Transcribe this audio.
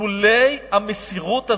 לולא המסירות הזאת,